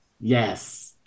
Yes